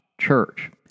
Church